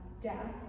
death